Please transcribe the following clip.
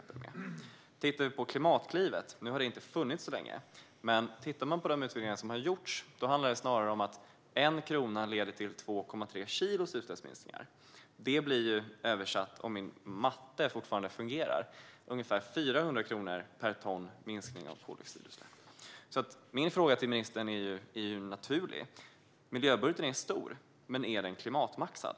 Om man tittar på Klimatklivet, som dock inte har funnits så länge, och de utredningar som har gjorts ser man att det då handlar om att 1 krona leder till utsläppsminskningar på 2,3 kilo. Om min matte fortfarande fungerar blir det i översättning ungefär 400 kronor per ton minskningar av koldioxidutsläpp. Min fråga till ministern är naturlig: Miljöbudgeten är stor, men är den klimatmaxad?